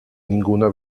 ninguna